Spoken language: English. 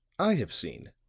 i have seen.